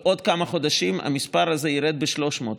בעוד כמה חודשים המספר הזה ירד ב-300.